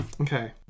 Okay